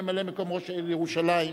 ממלא-מקום ראש העיר ירושלים,